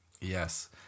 Yes